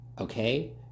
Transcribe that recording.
okay